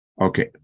Okay